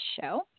show